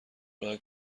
راه